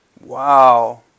Wow